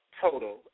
total